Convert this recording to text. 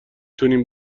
تونیم